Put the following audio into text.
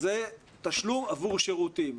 זה תשלום עבור שירותים.